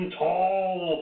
tall